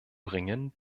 bringen